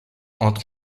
entre